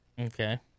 Okay